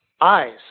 eyes